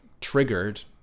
triggered